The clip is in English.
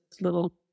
little